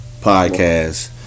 podcast